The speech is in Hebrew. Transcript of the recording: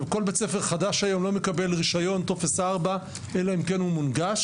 כל בית ספר חדש היום לא מקבל רישיון טופס 4 אלא אם כן הוא מונגש.